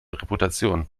reputation